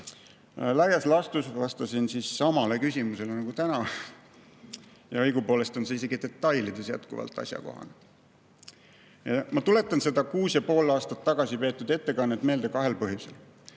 Laias laastus vastasin samale küsimusele nagu täna. Õigupoolest on see [vastus] isegi detailides jätkuvalt asjakohane. Ma tuletan seda kuus ja pool aastat tagasi peetud ettekannet meelde kahel põhjusel.